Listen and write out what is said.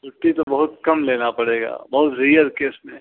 छुट्टी तो बहुत कम लेना पड़ेगा बहुत रियर केस में